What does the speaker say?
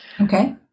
Okay